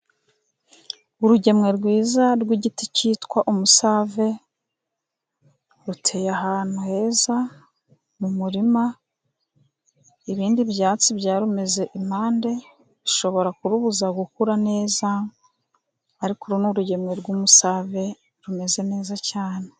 Urugemwe rwiza rw'igiti cyitwa umusave, ruteye ahantu heza mu murima, ibindi byatsi byarumeze impande, bishobora kurubuza gukura neza, ariko uru ni urugemwe rw'umusave rumeze neza cyane.